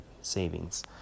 savings